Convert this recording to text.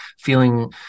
feeling